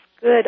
good